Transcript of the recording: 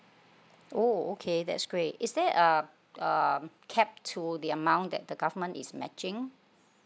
oh okay that's great is there uh um capped to the amount that the government is matching